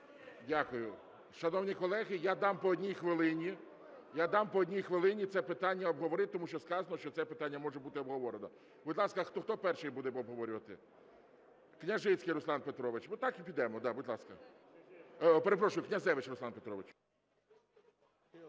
Дякую. Шановні колеги, я дам по одній хвилині це питання обговорити, тому що сказано, що це питання може бути обговорено. Будь ласка, хто перший буде обговорювати? Князевич Руслан Петрович. Так і підемо. Будь ласка. 11:46:39 КНЯЗЕВИЧ Р.П.